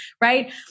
right